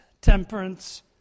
temperance